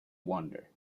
wonder